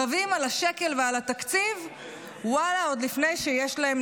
רבים על השקל ועל התקציב,